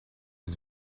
het